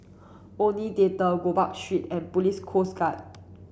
Omni Theatre Gopeng Street and Police Coast Guard